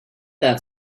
that